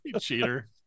Cheater